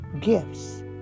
gifts